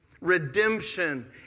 Redemption